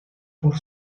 por